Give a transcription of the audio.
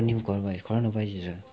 the name is coronavirus coronavirus is what